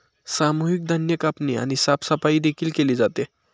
सामूहिक धान्य कापणी आणि साफसफाई देखील केली जाते